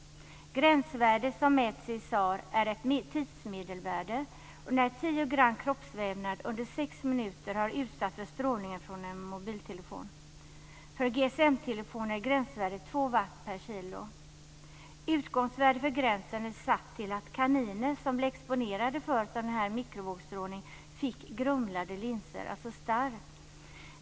Gränsvärdet, som mäts i SAR, är ett tidsmedelvärde - när 10 gram kroppsvävnad under sex minuter har utsatts för strålningen från en mobiltelefon. För Utgångsvärdet för gränsen är satt till att kaniner, som blev exponerade för mikrovågsstrålning, fick grumlade linser, alltså starr.